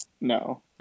no